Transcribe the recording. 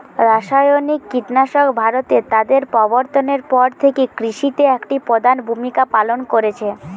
রাসায়নিক কীটনাশক ভারতে তাদের প্রবর্তনের পর থেকে কৃষিতে একটি প্রধান ভূমিকা পালন করেছে